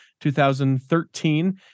2013